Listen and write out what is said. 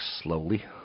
slowly